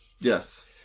yes